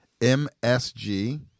MSG